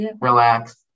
Relax